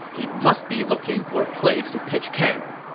he must be looking for a place to pitch camp.